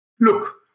Look